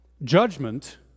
judgment